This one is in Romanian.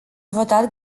votat